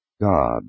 God